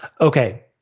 okay